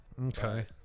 Okay